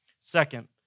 Second